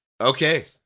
Okay